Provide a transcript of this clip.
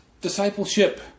discipleship